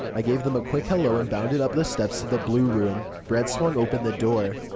i gave them a quick hello and bounded up the steps to the blue room. brett swung open the door.